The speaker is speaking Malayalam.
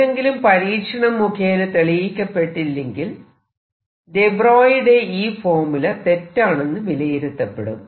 ഏതെങ്കിലും പരീക്ഷണം മുഖേന തെളിയിക്കപ്പെട്ടില്ലെങ്കിൽ ദെ ബ്രോയിയുടെ ഈ ഫോർമുല തെറ്റാണെന്നു വിലയിരുത്തപ്പെടും